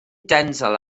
denzil